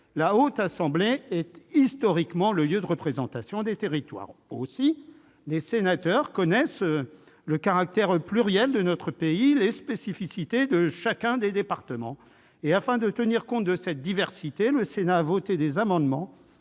La Haute Assemblée est historiquement le lieu de représentation des territoires. Les sénateurs connaissent le caractère pluriel de notre pays et les spécificités de chaque département. Afin de tenir compte de cette diversité, le Sénat a voté des amendements